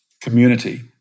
community